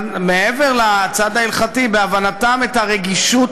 מעבר לצד ההלכתי, בהבנתם את הרגישות